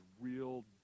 real